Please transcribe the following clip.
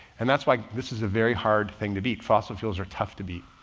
and that's why this is a very hard thing to beat. fossil fuels are tough to beat.